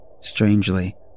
Strangely